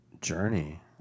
journey